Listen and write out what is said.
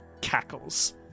cackles